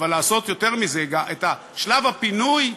אבל לעשות יותר מזה, את שלב הפינוי,